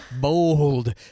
bold